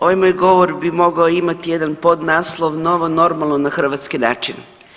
Ovaj moj govor bi mogao imati jedan podnaslov novo normalno na hrvatski način.